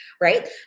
Right